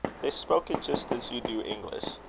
they spoke it just as you do english.